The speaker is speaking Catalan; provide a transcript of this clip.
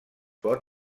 pot